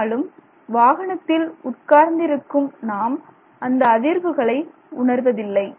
ஆனாலும் வாகனத்தில் உட்கார்ந்திருக்கும் நாம் அந்த அதிர்வுகளை உணர்வதில்லை